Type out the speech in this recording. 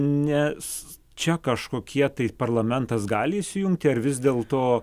nes čia kažkokie tai parlamentas gali įsijungti ar vis dėlto